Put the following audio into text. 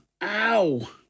Ow